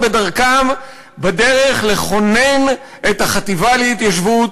בדרכם בדרך לכונן את החטיבה להתיישבות,